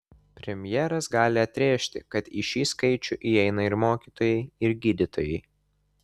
premjeras gali atrėžti kad į šį skaičių įeina ir mokytojai ir gydytojai